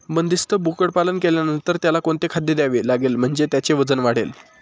बंदिस्त बोकडपालन केल्यानंतर त्याला कोणते खाद्य द्यावे लागेल म्हणजे त्याचे वजन वाढेल?